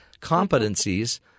competencies